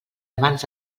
abans